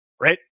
right